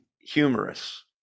humorous